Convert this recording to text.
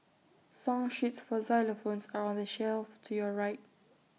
song sheets for xylophones are on the shelf to your right